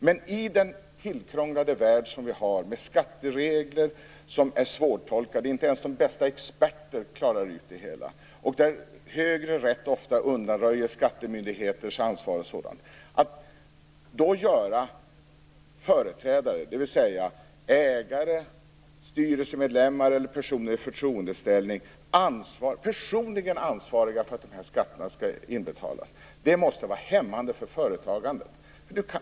Men vi har en tillkrånglad värld med skatteregler som är svårtolkade - inte ens de bästa experter klarar ju det hela - och där högre rätt ofta undanröjer skattemyndigheters ansvar. Att då göra företrädare, dvs. ägare, styrelsemedlemmar eller personer i förtroendeställning, personligen ansvariga för att dessa skatter skall inbetalas måste vara hämmande för företagandet.